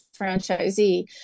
franchisee